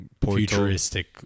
futuristic